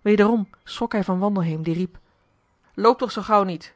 wederom schrok hij van wandelheem die riep loop toch zoo gauw niet